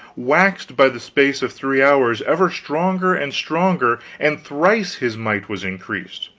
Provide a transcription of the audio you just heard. waxed by the space of three hours ever stronger and stronger and thrice his might was increased.